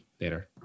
later